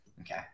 Okay